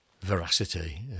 veracity